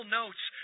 notes